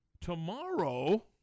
Tomorrow